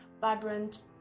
vibrant